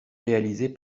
réalisé